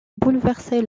bouleverser